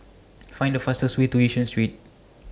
Find The fastest Way to Yishun Street